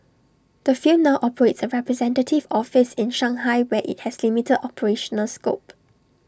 the film now operates A representative office in Shanghai where IT has limited operational scope